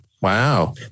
Wow